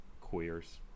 Queers